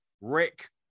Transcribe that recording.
rick